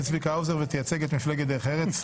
צביקה האוזר ותייצג את מפלגת דרך ארץ.